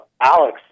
Alex